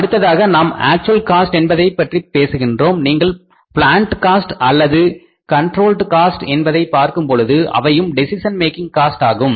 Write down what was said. அடுத்ததாக நாம் actual cost என்பதைப்பற்றி பேசுகின்றோம் நீங்கள் பிளான்ட் காஸ்ட் அல்லது கண்ட்ரோளுடு காஸ்ட் என்பதை பார்க்கும் பொழுது அவையும் டெசிஷன் மேக்கிங் காஸ்ட் ஆகும்